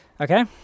Okay